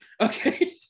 Okay